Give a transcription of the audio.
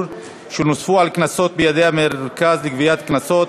שנוספו על קנסות הנגבים בידי המרכז לגביית קנסות,